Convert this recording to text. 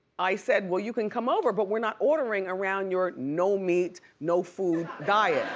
i said, well, you can come over but we're not ordering around your no meat, no food diet